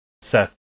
Seth